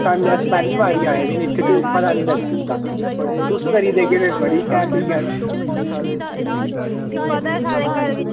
अस पैह्ली बारी आए दे इत्थें ते पता निं लग्गा दी कक्ख तुस करी देगै ते बड़ी टैम देई आया